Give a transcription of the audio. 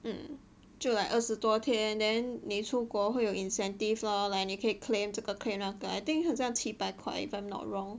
mm 就 like 二十多天 then 你出国会有 incentive lor like 你可以 claim 这个 claim 那个 I think 很像七百块 if I'm not wrong